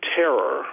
terror